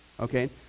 Okay